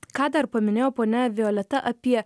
ką dar paminėjo ponia violeta apie